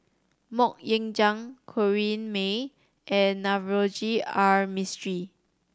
Mok Ying Jang Corrinne May and Navroji R Mistri